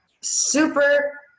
super